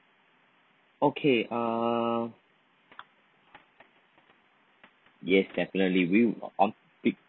okay uh yes definitely we pick